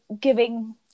giving